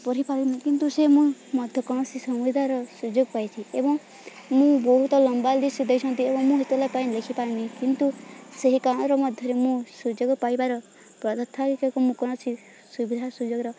ପଢ଼ିପାରୁନି କିନ୍ତୁ ସେ ମୁଁ ମୋତେ କୌଣସି ସୁବିଧାର ସୁଯୋଗ ପାଇଛିି ଏବଂ ମୁଁ ବହୁତ ଲମ୍ବା ଲିଷ୍ଟ ଦେଇଛନ୍ତି ଏବଂ ମୁଁ ସେତେବେଳେ ପାଇଁ ଲେଖିପାରୁନି କିନ୍ତୁ ସେହି କାଳର ମଧ୍ୟରେ ମୁଁ ସୁଯୋଗ ପାଇବାର ମୁଁ କୌଣସି ସୁବିଧା ସୁଯୋଗର